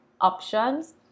options